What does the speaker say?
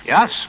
Yes